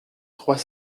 trois